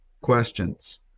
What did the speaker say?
questions